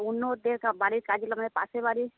অন্যদের বাড়ির কাজের লোকরা পাশের বাড়ির